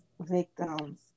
victims